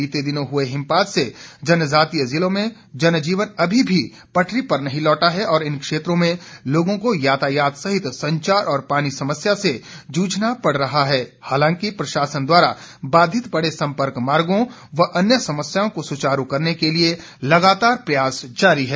बीते दिनों हुए हिमपात से जनजातीय जिलों में जनजीवन अभी भी पटरी पर नहीं लौटा है और इन क्षेत्रों में लोगों को यातायात सहित संचार और पानी समस्या से जूझना पड़ रहा है हालांकि प्रशासन द्वारा बाधित पड़े सम्पर्क मार्गो व अन्य समस्याओं को सुचारू करने के लिए लगातार प्रयास जारी है